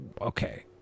Okay